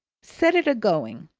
set it a-going.